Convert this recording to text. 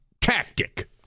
tactic